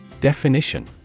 Definition